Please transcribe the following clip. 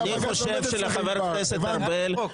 אני מבין שבג"ץ עובד אצלכם.